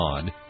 God